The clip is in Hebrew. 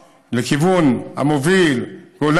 לא לקחו את הכביש האדום הנורא לכיוון המוביל,